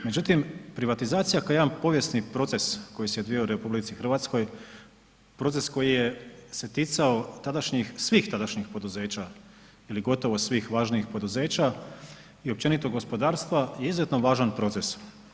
Međutim, privatizacija kao jedan povijesni proces koji se odvijao u RH, proces koji je se ticao tadašnjih, svih tadašnjih poduzeća ili gotovo svih važnijih poduzeća i općenito gospodarstva je izuzetno važan proces.